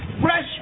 fresh